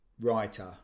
writer